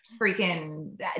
freaking